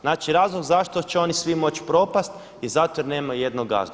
Znači razlog zašto će oni svi moći propasti je zato jer nemaju jednog gazdu.